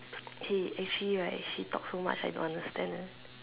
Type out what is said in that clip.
hey actually right she talk so much I don't understand eh